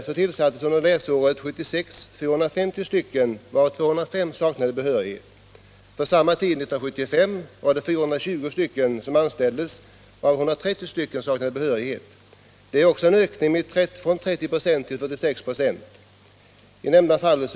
Samtidigt utbildas 30 vävlärare för behörighet till lärartjänst i textilslöjd. Det råder alltså en markant brist på detta område.